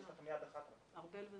מי נמנע?